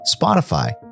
Spotify